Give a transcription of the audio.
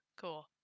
cool